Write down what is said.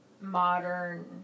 modern